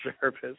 service